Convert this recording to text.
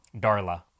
Darla